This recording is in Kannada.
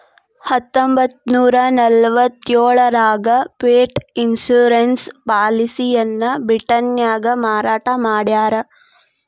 ಹತ್ತೊಂಬತ್ತನೂರ ನಲವತ್ತ್ಯೋಳರಾಗ ಪೆಟ್ ಇನ್ಶೂರೆನ್ಸ್ ಪಾಲಿಸಿಯನ್ನ ಬ್ರಿಟನ್ನ್ಯಾಗ ಮಾರಾಟ ಮಾಡ್ಯಾರ